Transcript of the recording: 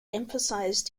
emphasized